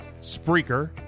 Spreaker